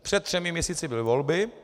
Před třemi měsíci byly volby.